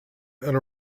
and